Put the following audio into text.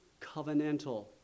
covenantal